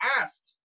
asked